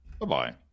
Bye-bye